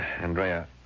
Andrea